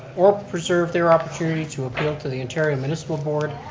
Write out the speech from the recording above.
or preserve their opportunity to appeal to the ontario municipal board,